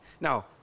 Now